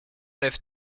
lève